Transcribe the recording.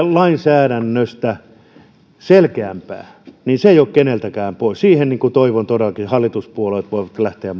lainsäädännöstä selkeämpää niin se ei ole keneltäkään pois toivon todellakin että siihen hallituspuolueet voivat lähteä